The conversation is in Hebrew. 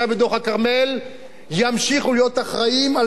ימשיכו להיות אחראים לשרים, כין אין שרים בישראל.